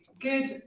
good